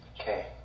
Okay